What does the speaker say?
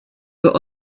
wir